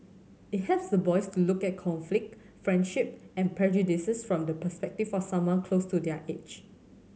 it helps the boys to look at conflict friendship and prejudices from the perspective for someone close to their age